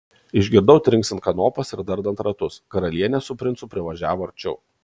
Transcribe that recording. išgirdau trinksint kanopas ir dardant ratus karalienė su princu privažiavo arčiau